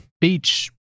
Beach